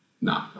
No